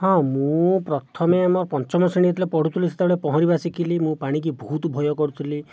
ହଁ ମୁଁ ପ୍ରଥମେ ଆମ ପଞ୍ଚମ ଶ୍ରେଣୀ ଯେତେବେଳେ ପଢ଼ୁଥିଲୁ ସେତେବେଳେ ପହଁରିବା ଶିଖିଲି ମୁଁ ପାଣିକି ବହୁତ ଭୟ କରୁଥିଲି